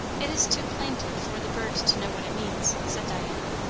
it is too plaintive for the bird to know what it means, said diana.